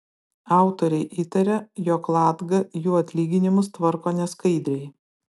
autoriai įtaria jog latga jų atlyginimus tvarko neskaidriai